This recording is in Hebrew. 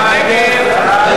סעיף 8, כהצעת